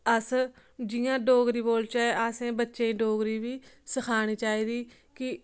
अस जियां डोगरी बोलचै असें बच्चें गी डोगरी बी सखानी चाहिदी कि